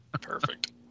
Perfect